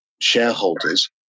shareholders